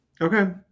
Okay